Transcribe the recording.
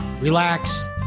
relax